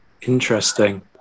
interesting